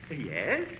Yes